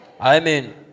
Amen